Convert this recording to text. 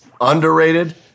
underrated